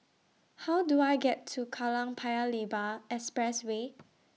How Do I get to Kallang Paya Lebar Expressway